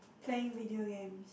playing video games